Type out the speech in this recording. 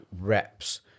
reps